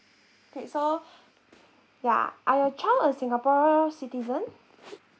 okay so ya are your child a singapore citizen